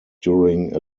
during